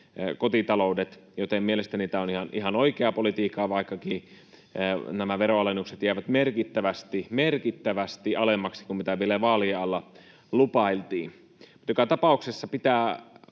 Joten mielestäni tämä on ihan oikeaa politiikkaa, vaikkakin nämä veronalennukset jäävät merkittävästi, merkittävästi alemmaksi kuin mitä vielä vaalien alla lupailtiin. Joka tapauksessa pitää,